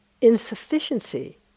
insufficiency